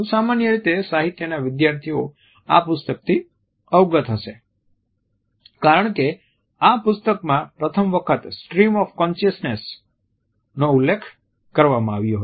સામાન્ય રીતે સાહિત્યના વિદ્યાર્થીઓ આ પુસ્તક થી અવગત હશે કારણ કે આ પુસ્તક માં પ્રથમ વખત સ્ટ્રીમ ઓફ કોન્સિઅસ્નેશનો ઉલ્લેખ કરવામાં આવ્યો હતો